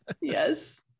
Yes